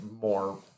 more